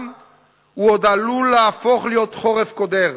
הוא עוד עלול להפוך להיות חורף קודר.